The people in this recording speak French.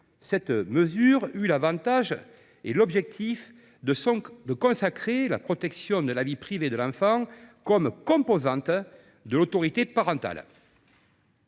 cette mesure eût l’avantage de consacrer la protection de la vie privée de l’enfant comme composante de l’autorité parentale.